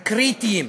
הקריטיים,